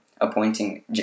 appointing